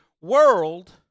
world